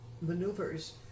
maneuvers